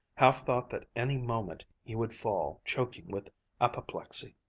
half thought that any moment he would fall, choking with apoplexy.